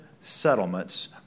settlements